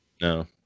No